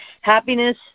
Happiness